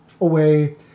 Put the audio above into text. away